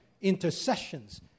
intercessions